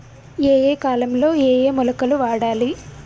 ఏయే కాలంలో ఏయే మొలకలు వాడాలి?